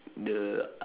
the